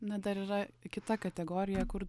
na dar yra kita kategorija kur